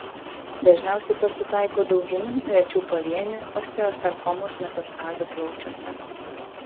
dažniausiai pasitaiko dauginių rečiau pavienių osteosarkomos metastazių plaučiuose